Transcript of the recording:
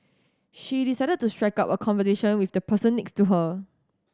she decided to strike up a conversation with the person next to her